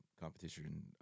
competition